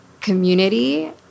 community